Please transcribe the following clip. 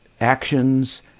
actions